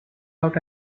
out